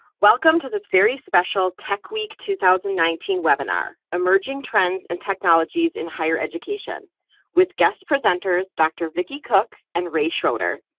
welcome to this very special tech week two thousand and nineteen webinar. emerging trends and technologies in higher education with guest presenters dr. vickie cook and ray schroeder.